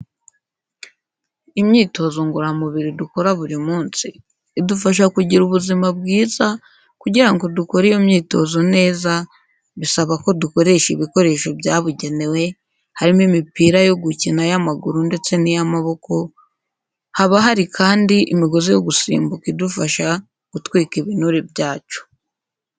Imyitotozo ngororamubiri dukora buri munsi, idufasha kugira ubuzima bwiza, kugira ngo dukore iyo myitozo neza, bisaba ko dukoresha ibikoresho byabugenewe, harimo imipira yo gukina y'amaguru ndetse n'iy'amaboko, haba hari kandi imigozi yo gusimbuka idufasha gutwika ibinure byacu.